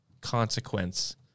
consequence